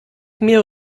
mir